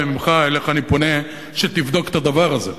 אליך אני פונה שתבדוק את הדבר הזה.